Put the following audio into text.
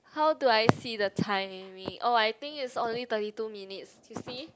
how do I see the timing oh I think it's only thirty two minutes you see